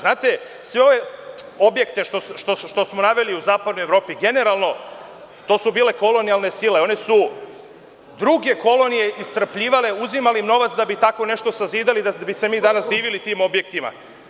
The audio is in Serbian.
Znate, sve ove objekte što smo naveli u zapadnoj Evropi, generalno, to su bile kolonijalne sile, one su druge kolonije iscrpljivale, uzimali im novac da bi tako nešto sazidali i da bismo se mi danas divili tim objektima.